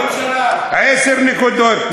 עשר נקודות.